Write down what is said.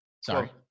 sorry